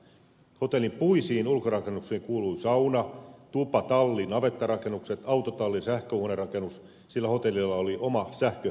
hotellin puisiin ulkorakennuksiin kuului sauna tupa talli navettarakennukset autotalli sähköhuonerakennus sillä hotellilla oli oma sähkögeneraattori